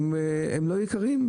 הם לא יקרים.